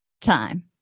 time